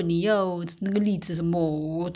meat the meatball mince meat only can right